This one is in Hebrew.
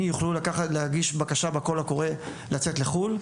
יוכלו להגיש בקשה בקול הקורא לצאת לחו"ל.